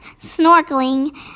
snorkeling